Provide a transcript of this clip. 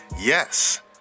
Yes